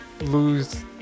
lose